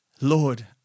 Lord